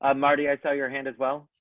um marty. i saw your hand as well.